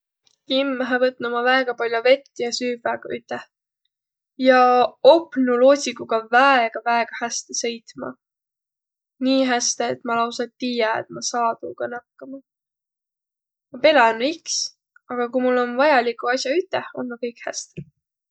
Kimmähe võtnuq ma väega pall'o vett ja süvväq üteh ja opnuq loodsikuga väega väega häste sõitma. Nii häste, et ma lausa tiiä, et ma saa taaga nakkama. Ma pelänüq iks, aga ku ommaq vajalikuq as'aq üteh, olnuq kõik häste.